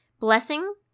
Blessing